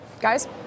Guys